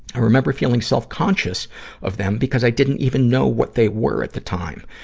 i remember feeling self-conscious of them because i didn't even know what they were at the time.